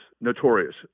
notorious